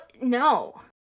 no